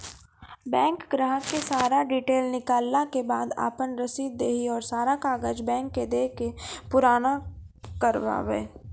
Bank ग्राहक के सारा डीटेल निकालैला के बाद आपन रसीद देहि और सारा कागज बैंक के दे के पुराना करावे?